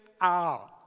out